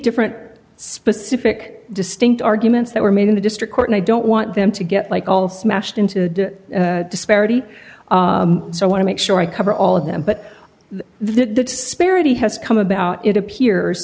different specific distinct arguments that were made in the district court and i don't want them to get like all smashed into the disparity so i want to make sure i cover all of them but the spirity has come about it appears